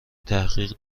تحقیق